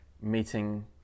meeting